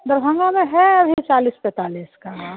दरभंगा में है अभी चालीस पैंतालीस का वहाँ